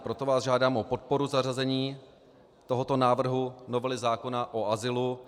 Proto vás žádám o podporu zařazení tohoto návrhu novely zákona o azylu.